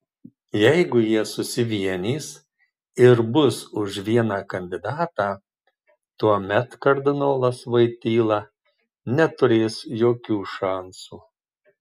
jeigu jie susivienys ir bus už vieną kandidatą tuomet kardinolas voityla neturės jokių šansų